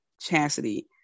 Chastity